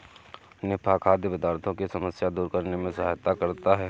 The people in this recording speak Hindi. निफा खाद्य पदार्थों की समस्या दूर करने में सहायता करता है